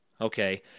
Okay